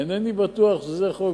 אינני בטוח שזה חוק,